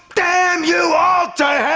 damn you all